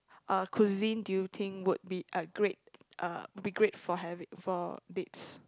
uh cuisine do you think would be a great uh would be great for having for dates